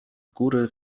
góry